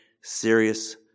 serious